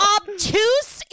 obtuse